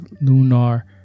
lunar